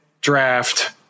draft